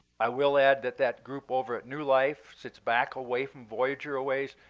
i will add that that group over at new life sits back away from voyager a ways,